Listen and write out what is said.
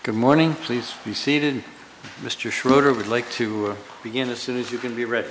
good morning please be seated mr schroeder would like to begin as soon as you can be read